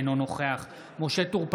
אינו נוכח משה טור פז,